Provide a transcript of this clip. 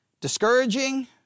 Discouraging